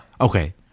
Okay